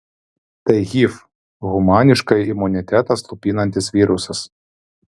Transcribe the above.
tai hiv humaniškąjį imunitetą slopinantis virusas